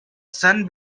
sun